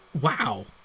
Wow